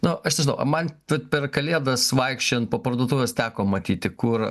nu aš nežinau man vat per kalėdas vaikščiojant po parduotuves teko matyti kur